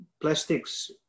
Plastics